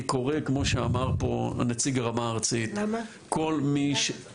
כמו שאמר פה נציג הרמה הארצית --- למה אי אפשר להכניס מתנדבים?